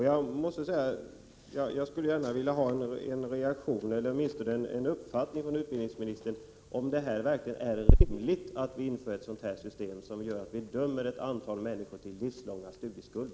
Jag skulle gärna vilja höra om utbildningsministern har uppfattningen att det verkligen är rimligt att införa ett system som innebär att vi dömer ett antal människor till livslång studieskuld.